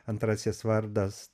antrasis vardas